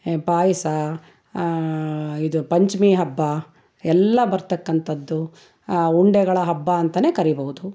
ಪಾಯಸ ಇದು ಪಂಚಮಿ ಹಬ್ಬ ಎಲ್ಲ ಬರತಕ್ಕಂಥದ್ದು ಉಂಡೆಗಳ ಹಬ್ಬ ಅಂತನೇ ಕರಿಬಹುದು